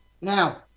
Now